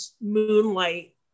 Moonlight